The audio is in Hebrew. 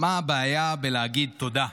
מה הבעיה בלהגיד תודה.